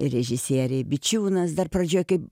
režisieriai bičiūnas dar pradžioje kaip